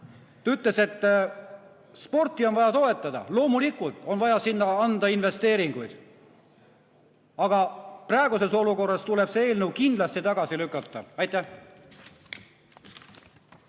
Ta ütles, et sporti on vaja toetada. Loomulikult on vaja sinna anda investeeringuid. Aga praeguses olukorras tuleb see eelnõu kindlasti tagasi lükata. Aitäh!